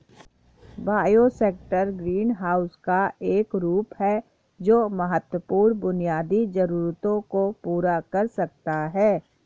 bioshelter greenhouse का एक रूप है जो महत्वपूर्ण बुनियादी जरूरतों को पूरा कर सकता है